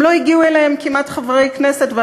גם לא הגיעו אליהם כמעט חברי כנסת,